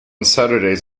saturdays